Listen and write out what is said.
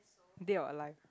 dead or alive